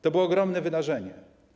To było ogromne wydarzenie.